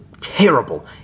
terrible